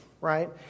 right